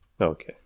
okay